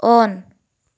on